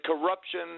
corruption